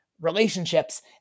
relationships